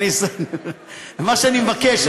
מה שאני מבקש,